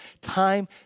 time